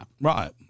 Right